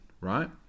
right